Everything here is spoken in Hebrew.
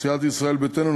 לסיעת ישראל ביתנו,